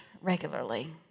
regularly